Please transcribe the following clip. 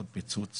עוד פיצוץ